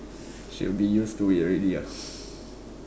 should be used to it already lah